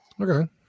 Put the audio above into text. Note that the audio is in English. Okay